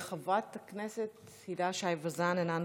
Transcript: חברת הכנסת הילה שי וזאן, אינה נוכחת.